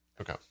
Okay